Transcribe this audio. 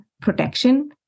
protection